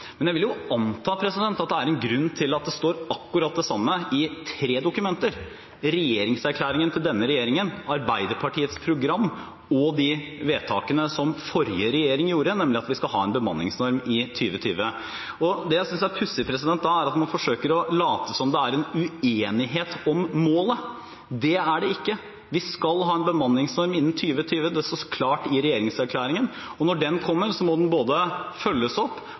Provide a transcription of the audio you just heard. men jeg vil jo anta at det er en grunn til at det står akkurat det samme i tre dokumenter: i regjeringserklæringen til denne regjeringen, i Arbeiderpartiets program og i de vedtakene som forrige regjering fattet, nemlig at vi skal ha en bemanningsnorm i 2020. Det jeg da synes er pussig, er at man forsøker å late som om det er en uenighet om målet. Det er det ikke. Vi skal ha en bemanningsnorm innen 2020, det står klart i regjeringserklæringen, og når den kommer, må den både følges opp,